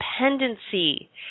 dependency